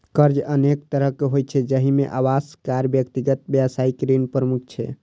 कर्ज अनेक तरहक होइ छै, जाहि मे आवास, कार, व्यक्तिगत, व्यावसायिक ऋण प्रमुख छै